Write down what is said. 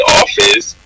office